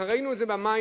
אנחנו ראינו את זה במים,